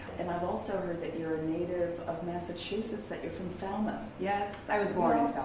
and i've also heard that you're a native of massachusets. that you're from falmouth. yes, i was born